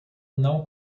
não